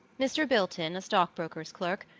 mr. bilton, a stockbroker's clerk,